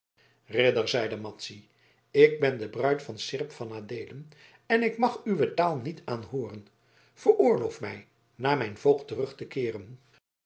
ridder zeide madzy ik ben de bruid van seerp van adeelen en ik mag uwe taal niet aanhooren veroorloof mij naar mijn voogd terug te keeren